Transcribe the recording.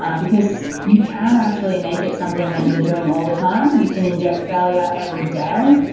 um because you can actually make it something that you're doing all the time. you can inject failure every day.